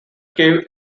cave